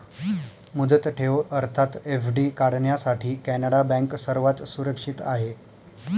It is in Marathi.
मुदत ठेव अर्थात एफ.डी काढण्यासाठी कॅनडा बँक सर्वात सुरक्षित आहे